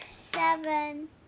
seven